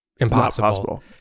impossible